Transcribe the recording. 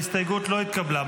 ההסתייגות לא התקבלה.